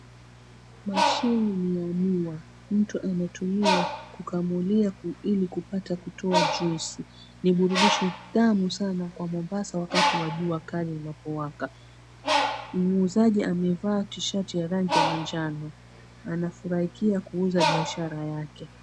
Mashini ni ya miwa. Mtu anayetumia kukamulia ili kupata kutoa juisi. Ni burudisho tamu sana kwa Mombasa wakati wa jua kali inapowaka. Muuzaji amevaa tishati ya rangi ya manjano. Anafurahikia kuuza biashara yake.